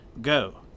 Go